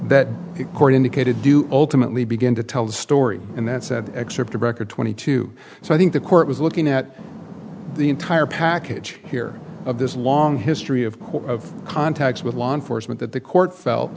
the court indicated do ultimately begin to tell the story and that said excerpt a record twenty two so i think the court was looking at the entire package here of this long history of course of contacts with law enforcement that the court felt